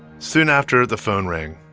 soon after, the phone rang.